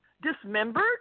dismembered